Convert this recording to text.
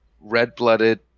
red-blooded